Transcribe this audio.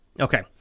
Okay